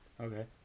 Okay